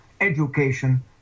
education